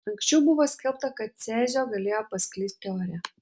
anksčiau buvo skelbta kad cezio galėjo pasklisti ore